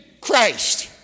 Christ